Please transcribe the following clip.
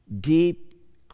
deep